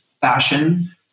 fashion